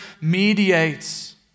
mediates